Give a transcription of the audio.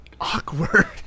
awkward